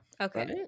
Okay